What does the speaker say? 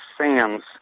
Sands